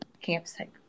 campsite